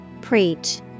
Preach